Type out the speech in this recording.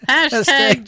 Hashtag